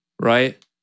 right